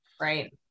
right